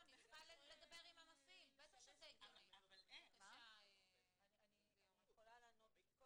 מרוב שאנחנו מנהלים כזה שיח אנחנו גם זורקים דברים